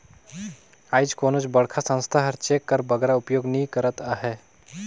आएज कोनोच बड़खा संस्था हर चेक कर बगरा उपयोग नी करत अहे